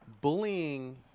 Bullying